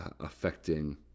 affecting